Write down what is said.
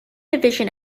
division